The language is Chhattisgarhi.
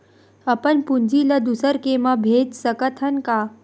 अपन पूंजी ला दुसर के मा भेज सकत हन का?